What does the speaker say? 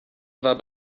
war